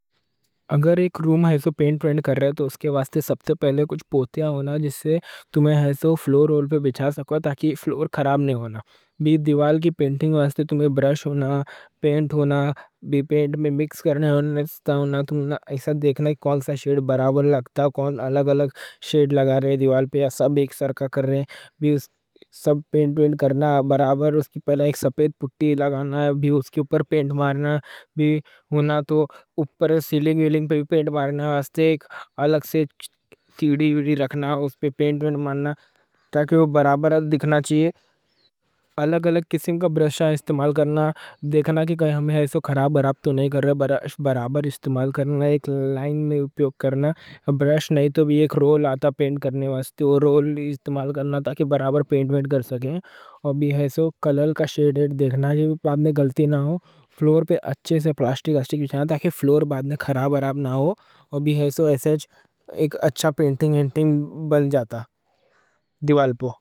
اگر ایک روم ہوسو پینٹ کر رہے، تو اس کے واسطے سب سے پہلے کچھ پوتیاں ہونا، جن سے تم فلور پہ بچھا سکو تاکہ فلور خراب نہیں ہونا۔ دیوال کی پینٹنگ واسطے تمہیں برش ہونا، پینٹ ہونا، پینٹ میں مکس کرنا ہونا۔ ایسا دیکھنا کہ کون سا شیڈ برابر لگتا، کون الگ الگ شیڈ لگا رہے دیوال پہ، سب برابر کر رہے۔ پہلے ایک سفید پوٹی لگانا، اس کے اوپر پینٹ مارنا۔ اوپر سیلنگ ویلنگ پہ بھی پینٹ مارنا واسطے ایک الگ سیڑھی رکھنا، اس پہ پینٹ مارنا تاکہ وہ برابر دیکھنا چاہئے۔ الگ الگ قسم کے برشاں استعمال کرنا، دیکھنا کہ ہم ایسا خراب براب تو نہیں کر رہے۔ برش برابر استعمال کرنا، ایک لائن میں اپیوک کرنا۔ برش نہیں تو ایک رول آتا پینٹ کرنے واسطے، وہ رول استعمال کرنا تاکہ برابر پینٹ کرسکے۔ کلر کا شیڈ دیکھنا، غلطی نہ ہو۔ فلور پہ اچھے سے پلاسٹک شیٹ بچھانا تاکہ فلور بعد میں خراب براب نہ ہو۔ ایسے ایک اچھا پینٹنگ انٹنگ بن جاتا دیوال پہ۔